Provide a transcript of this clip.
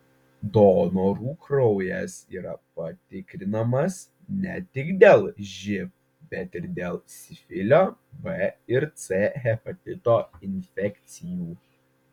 donorų kraujas yra patikrinamas ne tik dėl živ bet ir dėl sifilio b ir c hepatito infekcijų